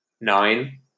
nine